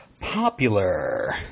Popular